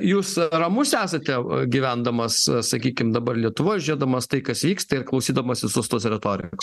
jūs ramus esate gyvendamas sakykim dabar lietuvoj žėdamas tai kas vyksta ir klausydamas visos tos retorikos